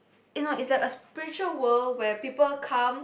is not is like a spiritual where people come